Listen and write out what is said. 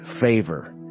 favor